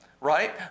Right